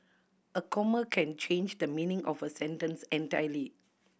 a comma can change the meaning of a sentence entirely